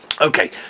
okay